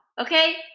okay